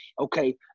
okay